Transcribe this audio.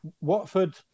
Watford